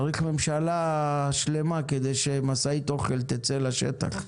צריך ממשלה שלמה כדי שמשאית אוכל תצא לשטח.